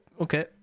Okay